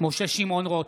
משה רוט,